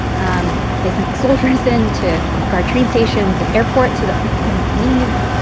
um they sent the soldiers in to guard train stations and airports so that people couldn't leave.